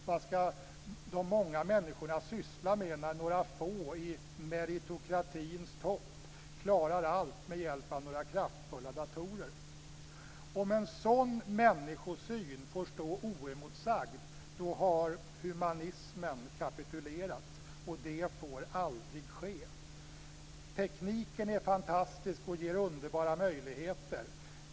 Vad ska de många människorna syssla med när några få i meritokratins topp klarar allt med hjälp av några kraftfulla datorer? Om en sådan människosyn får stå oemotsagd har humanismen kapitulerat och det får aldrig ske. Tekniken är fantastisk och ger underbara möjligheter.